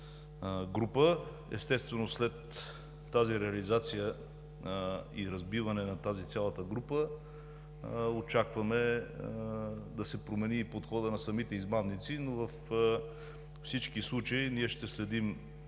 Естествено след тази реализация и разбиване на цялата група очакваме да се промени и подходът на самите измамници, но във всички случаи ние ще следим